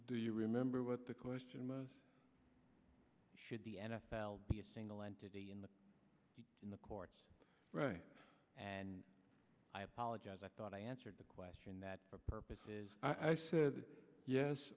do you remember what the question was should the n f l be a single entity in the in the courts right and i apologize i thought i answered the question that for purposes i said yes